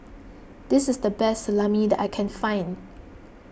this is the best Salami that I can find